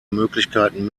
möglichkeiten